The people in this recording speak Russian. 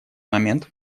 момент